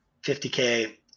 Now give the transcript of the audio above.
50k